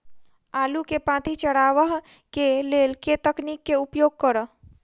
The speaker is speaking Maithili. आलु केँ पांति चरावह केँ लेल केँ तकनीक केँ उपयोग करऽ?